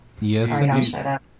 Yes